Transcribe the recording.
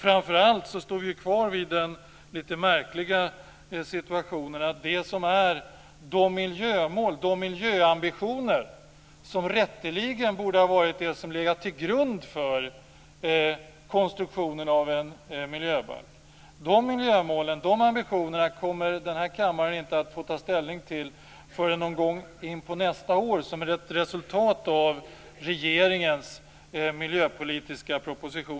Framför allt står vi kvar i den litet märkliga situationen att de miljömål och miljöambitioner som rätteligen borde ha legat till grund för konstruktionen av en miljöbalk kommer den här kammaren inte att få ta ställning till förrän någon gång in på nästa år, som ett resultat av regeringens miljöpolitiska proposition.